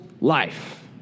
life